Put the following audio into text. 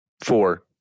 Four